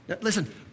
Listen